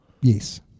Yes